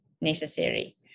necessary